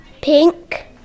pink